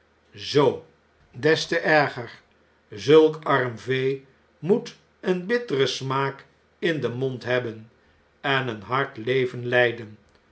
zoo des te erger zulk arm veemoeteen bitteren smaak in den mond hebben en een hard leven leiden